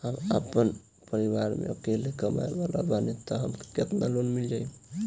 हम आपन परिवार म अकेले कमाए वाला बानीं त हमके केतना लोन मिल जाई?